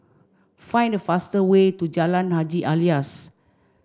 find the fastest way to Jalan Haji Alias